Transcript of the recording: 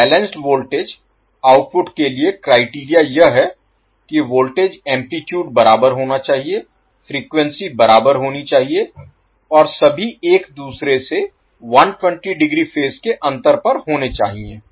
तो balanced voltage output के लिए क्राइटेरिया यह है कि वोल्टेज एम्पलीटूड बराबर होना चाहिए फ्रीक्वेंसी बराबर होनी चाहिए और सभी एक दूसरे से 120 डिग्री फेज के अंतर पर होने चाहिए